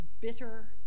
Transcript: bitter